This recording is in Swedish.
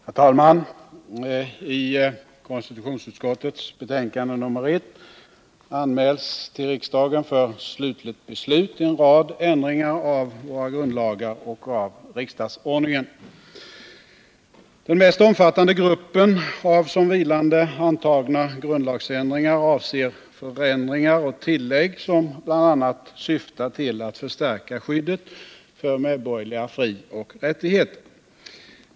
Herr talman! I konstitutionsutskottets betänkande nr 1 anmäls till riksdagen för slutligt beslut en rad ändringar av våra grundlagar och av riksdagsordningen. Den mest omfattande gruppen av som vilande antagna grundlagsändringar avser förändringar och tillägg som bl.a. syftar till att förstärka skyddet för medborgerliga frioch rättigheter.